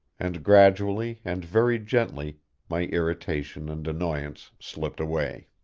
and gradually and very gently my irritation and annoyance slipped away.